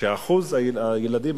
אחוז הילדים,